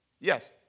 Yes